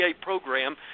program